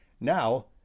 Now